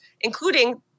including